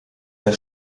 der